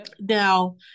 now